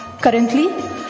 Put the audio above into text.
Currently